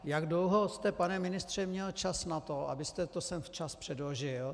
Jak dlouho jste, pane ministře, měl čas na to, abyste to sem včas předložil?